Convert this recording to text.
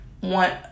want